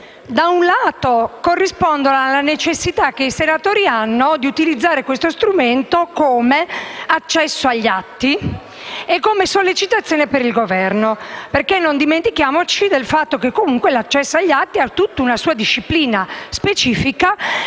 Da un lato, corrispondono alla necessità dei senatori di utilizzare questo strumento come accesso agli atti e come sollecitazione per il Governo. Non dimentichiamoci, infatti, che l'accesso agli atti ha una sua disciplina specifica